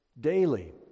daily